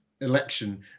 election